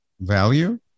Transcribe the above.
value